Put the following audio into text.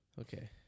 Okay